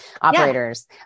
operators